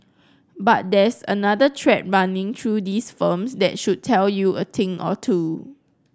but there's another thread running through these firms that should tell you a thing or two